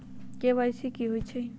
KYC कि होई छई?